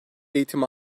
eğitimi